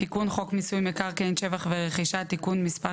"תיקון חוק מיסוי מקרקעין (שבח ורכישה)(תיקון מס'